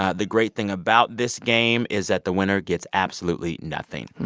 ah the great thing about this game is that the winner gets absolutely nothing.